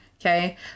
Okay